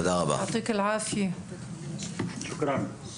כשיש מישהו צעיר שחלה בסרטן המעי הגס או כמה בני משפחה שחלו מאוד חשוב